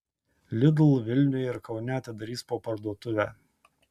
lidl vilniuje ir kaune atidarys po parduotuvę